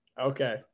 Okay